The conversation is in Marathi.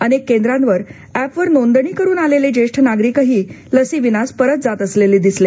अनेक केंद्रांवर ऍपद्वारे नोंदणी करून आलेले ज्येष्ठ नागरिकही लसीविनाच परत जात असलेले दिसले